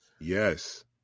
Yes